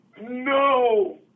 no